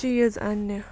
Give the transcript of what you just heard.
چیٖز اَننہِ